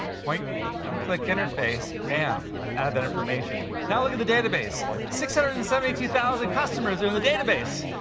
point and click interface, bam, i've added that information. now, look at the database, six hundred and seventy two thousand customers are in the database,